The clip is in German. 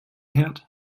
herd